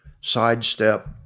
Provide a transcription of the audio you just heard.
sidestep